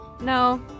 No